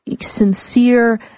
sincere